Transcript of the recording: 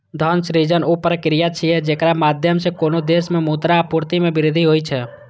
धन सृजन ऊ प्रक्रिया छियै, जेकरा माध्यम सं कोनो देश मे मुद्रा आपूर्ति मे वृद्धि होइ छै